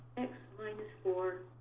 x minus four